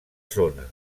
zona